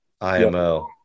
IMO